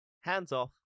hands-off